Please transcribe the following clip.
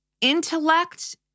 intellect